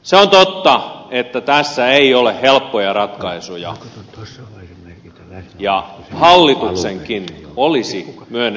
se on totta että tässä ei ole helppoja ratkaisuja ja hallituksenkin olisi myönnettävä se